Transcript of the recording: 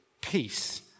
peace